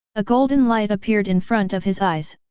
a golden light appeared in front of his eyes,